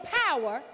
power